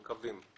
אנחנו מקווים.